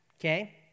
okay